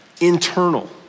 internal